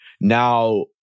now